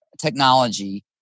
technology